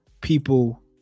people